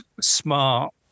smart